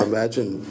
Imagine